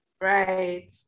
Right